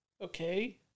Okay